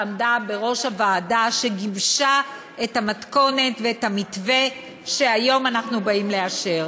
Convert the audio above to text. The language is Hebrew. שעמדה בראש הוועדה שגיבשה את המתכונת ואת המתווה שהיום אנחנו באים לאשר.